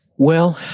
well,